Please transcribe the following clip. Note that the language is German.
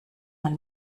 man